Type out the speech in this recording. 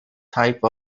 type